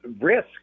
risk